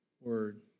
word